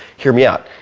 hear me out.